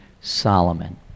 Solomon